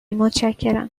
متشکرم